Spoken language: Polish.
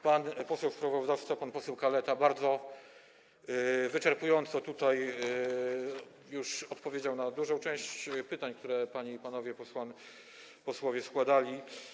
Pan poseł sprawozdawca, pan poseł Kaleta bardzo wyczerpująco już odpowiedział na dużą część pytań, które panie i panowie posłowie składali.